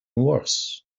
worse